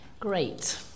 Great